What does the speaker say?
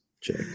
Check